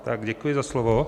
Tak děkuji za slovo.